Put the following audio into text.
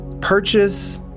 purchase